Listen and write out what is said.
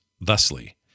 thusly